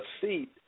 seat